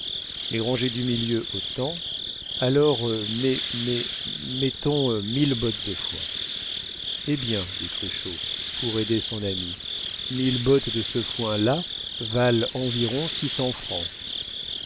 les rangées du milieu autant alors mé mé mettons mille bottes de foin eh bien dit cruchot pour aider son ami mille bottes de ce foin là valent environ six cents francs